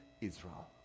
Israel